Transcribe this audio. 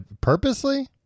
Purposely